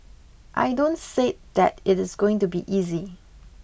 I don't said that it is going to be easy